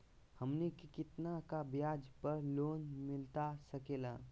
हमनी के कितना का ब्याज पर लोन मिलता सकेला?